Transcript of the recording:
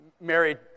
married